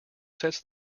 sets